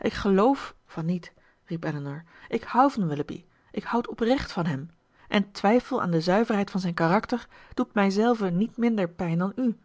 ik geloof van niet riep elinor ik houd van willoughby ik houd oprecht van hem en twijfel aan de zuiverheid van zijn karakter doet mijzelve niet minder pijn dan u